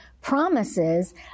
promises